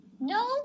No